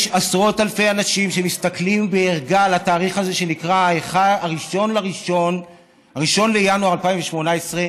יש עשרות אלפי אנשים שמסתכלים בערגה על התאריך הזה שנקרא 1 בינואר 2018,